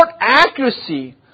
accuracy